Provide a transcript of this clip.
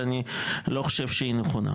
שאני לא חושב שהיא נכונה.